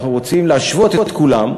אנחנו רוצים להשוות את כולם,